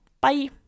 Bye